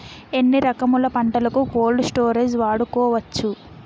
ఎన్ని రకములు పంటలకు కోల్డ్ స్టోరేజ్ వాడుకోవచ్చు?